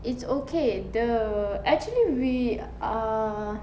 it's okay the actually we are